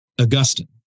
Augustine